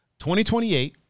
2028